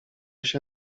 się